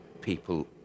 people